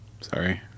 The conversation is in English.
Sorry